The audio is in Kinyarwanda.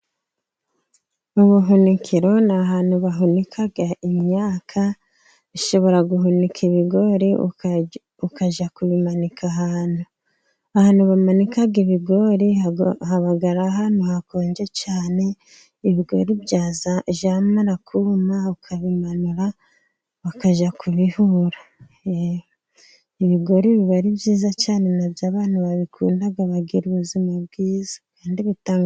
Ubuhunikero ni ahantu bahunika imyaka, ushobora guhunika ibigori ukajya kubimanika ahantu. Ahantu bamanika ibigori haba ari ahantu hakonje cyane, ibigori byazamara kuma bakabimanura bakajya kubihura. Ibigori biba ari byiza cyane nabyo abantu babikunda bagira ubuzima bwiza.